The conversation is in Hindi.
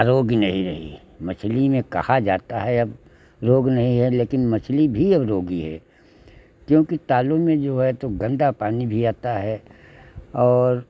आरोग्य नहीं रही मछली में कहा जाता है अब रोग नहीं है लेकिन मछली भी अब रोगी है क्योंकि तालों में जो है तो गंदा पानी आता है और